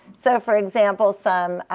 so for example, some